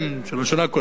של השנה הקודמת,